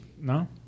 no